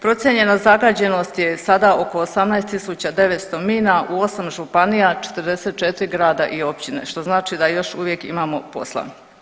Procijenjena zagađenost je sada oko 18.900 mina u 8 županija, 44 grada i općine, što znači da još uvijek imamo posla.